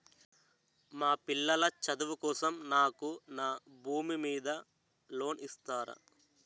మా పిల్లల చదువు కోసం నాకు నా భూమి మీద లోన్ ఇస్తారా?